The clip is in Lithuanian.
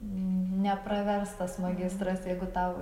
nepravers tas magistras jeigu tau